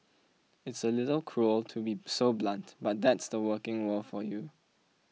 it's a little cruel to be so blunt but that's the working world for you